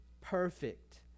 perfect